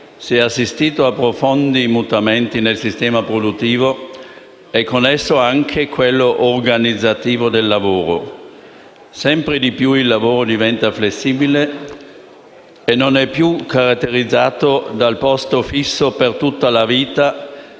si è assistito a profondi mutamenti nel sistema produttivo e con esso anche in quello organizzativo del lavoro. Sempre di più il lavoro diventa flessibile e non è più caratterizzato dal posto fisso per